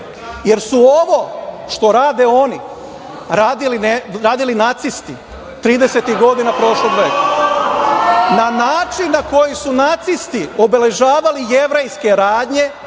jer su ovo što rade oni radili nacisti tridesetih godina prošlog veka. Na način na koji su nacisti obeležavali jevrejske radnje,